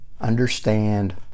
Understand